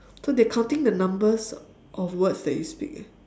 so they counting the numbers of words that you speak eh